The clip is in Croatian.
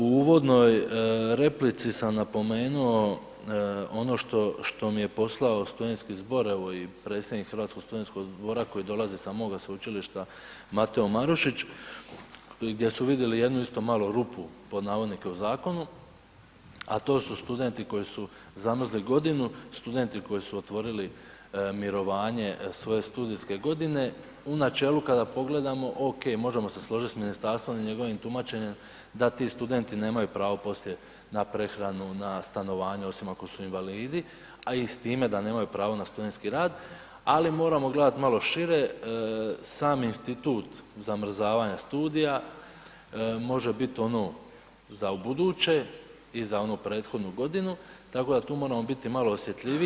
U uvodnoj replici sam napomenuo ono što, što mi je poslao studentski zbor evo i predsjednik Hrvatskog studentskog zbora koji dolazi sa moga sveučilišta Mateo Marušić i gdje su vidili jednu isto malo rupu pod navodnike u zakonu, a to su studenti koji su zamrzli godinu, studenti koji su otvorili mirovanje svoje studijske godine, u načelu kada pogledamo ok, možemo se složiti s ministarstvom i njegovim tumačenjem da ti studenti nemaju pravo poslije na prehranu, na stanovanje osim ako su invalidi, ali i s time da nemaju pravo na studentski rad ali moramo gledati malo šire, sami institut zamrzavanja studija može biti ono za ubuduće i za onu prethodnu godinu, tako da tu moramo biti malo osjetljiviji.